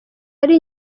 ari